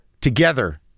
together